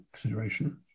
consideration